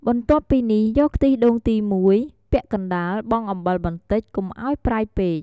បន្ទាប់ពីនេះយកខ្ទិះដូងទី១ ពាក់កណ្ដាលបង់អំបិលបន្តិច កុំឲ្យប្រៃពេក។